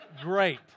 great